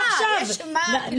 --- חד-משמעית קשור.